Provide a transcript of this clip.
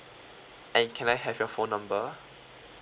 and can I have your phone number